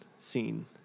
scene